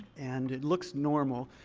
and it looks normal,